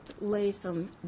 Latham